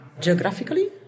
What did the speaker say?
geographically